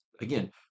again